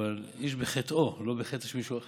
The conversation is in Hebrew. אבל איש בחטאו, לא בחטא של מישהו אחר.